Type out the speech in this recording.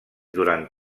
durant